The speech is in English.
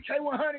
K100